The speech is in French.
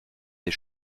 des